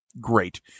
Great